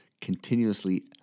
continuously